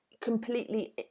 completely